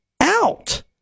out